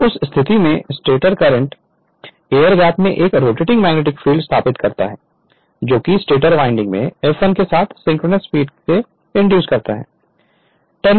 तो उस स्थिति में स्टेटर करंट एयर गैप में एक रोटेटिंग मैग्नेटिक फील्ड स्थापित करता है जो कि स्टेटर वाइंडिंग में F1 के साथ सिंक्रोनस स्पीड को इंड्यूस्ड करता है